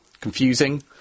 Confusing